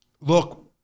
look